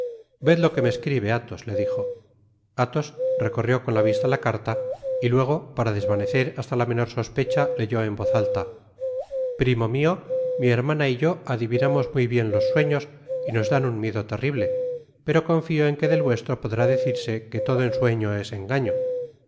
ved lo que me escribe ataos le dijo atbos recorrió con la vista la carta y luego para desvanecer hasta la menor sospecha leyó en voz alta primo mio mi hermana y yo adivinamos muy bien los sueños y nos dan un miedo terrible pero confio en que del vuestro podrá decirse que todo ensueño es engaño